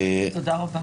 תודה רבה...